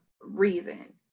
reason